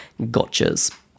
gotchas